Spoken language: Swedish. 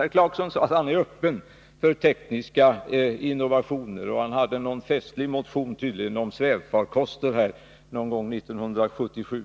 Herr Clarkson sade att han är öppen för tekniska innovationer, och han väckte en gång en festlig motion om svävfarkoster — jag tror det var 1977.